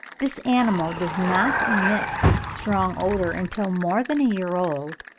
this animal does not emit its strong odour until more than a year old,